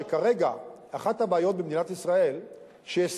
כרגע אחת הבעיות במדינת ישראל היא שיש